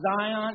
Zion